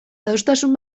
adostasun